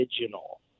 original